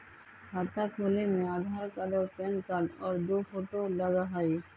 खाता खोले में आधार कार्ड और पेन कार्ड और दो फोटो लगहई?